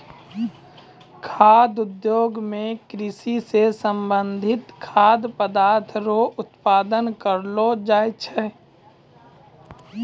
खाद्य उद्योग मे कृषि से संबंधित खाद्य पदार्थ रो उत्पादन करलो जाय छै